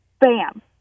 bam